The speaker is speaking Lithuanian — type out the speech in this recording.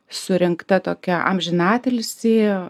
surinkta tokia amžinatilsi